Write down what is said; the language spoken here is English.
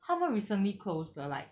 他们 recently closed 的 like